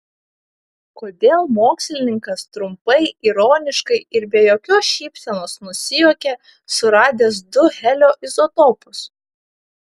kodėl mokslininkas trumpai ironiškai ir be jokios šypsenos nusijuokė suradęs du helio izotopus